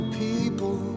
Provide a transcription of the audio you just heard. people